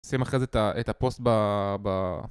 שים אחרי זה את הפוסט ב...